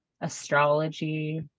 astrology